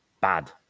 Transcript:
Bad